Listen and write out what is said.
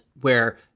where-